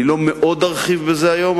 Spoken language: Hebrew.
אני לא ארחיב מאוד בזה היום.